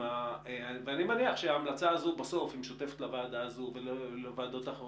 אני מניח שההמלצה הזאת משותפת לוועדה הזאת ולוועדות אחרות.